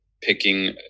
picking